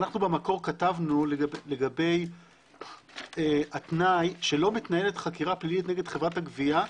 במקור כתבנו לגבי התנאי שלא מתנהלת חקירה פלילית נגד חברת הגבייה,